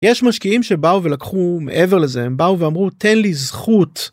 יש משקיעים שבאו ולקחו- מעבר לזה, הם באו ואמרו: תן לי זכות.